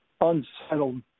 unsettled